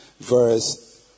verse